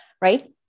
right